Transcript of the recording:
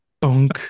Bunk